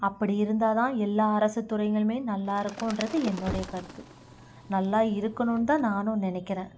அப்படி இருந்தால்தான் எல்லா அரசுத்துறைகளுமே நல்லாயிருக்குன்றது என்னோடைய கருத்து நல்லா இருக்கணுந்தான் நானும் நினக்கிறேன்